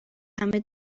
همه